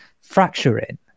fracturing